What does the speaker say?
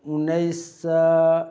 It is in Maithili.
उनैस सओ